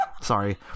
Sorry